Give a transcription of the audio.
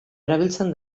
erabiltzen